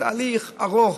זה תהליך ארוך,